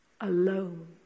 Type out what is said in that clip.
alone